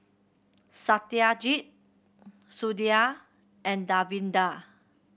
Satyajit Sudhir and Davinder